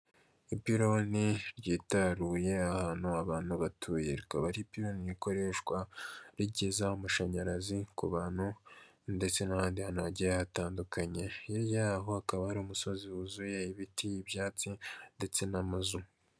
Ipironi ryitaruye ahantu abantu batuye, rikaba ari ipironi rikoreshwa rigeza amashanyarazi ku bantu, ndetse n'ahandi hantu hagiye hatandukanye, hirya yabo hakaba hari umusozi wuzuye ibiti ibyatsi ndetse n'amazu.